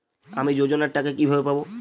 আমি যোজনার টাকা কিভাবে পাবো?